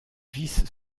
vice